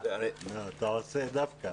בבקשה.